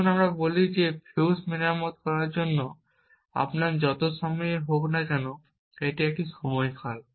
আসুন আমরা বলি যে ফিউজ মেরামত করার জন্য আপনার যত সময়ই হোক না কেন এটি একটি সময়কাল